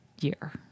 year